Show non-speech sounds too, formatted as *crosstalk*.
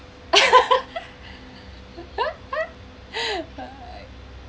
*laughs*